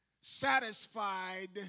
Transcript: satisfied